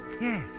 Yes